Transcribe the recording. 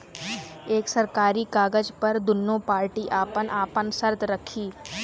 एक सरकारी कागज पर दुन्नो पार्टी आपन आपन सर्त रखी